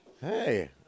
Hey